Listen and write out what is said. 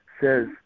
says